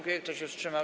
Kto się wstrzymał?